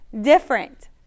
different